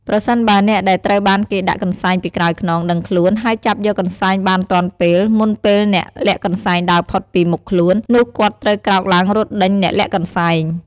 ប្រសិនបើអ្នកដែលត្រូវបានគេដាក់កន្សែងពីក្រោយខ្នង ដឹងខ្លួន ហើយចាប់យកកន្សែងបានទាន់ពេល មុនពេលអ្នកលាក់កន្សែងដើរផុតពីមុខខ្លួន នោះគាត់ត្រូវក្រោកឡើងរត់ដេញអ្នកលាក់កន្សែង។